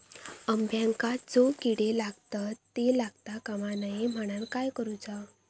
अंब्यांका जो किडे लागतत ते लागता कमा नये म्हनाण काय करूचा?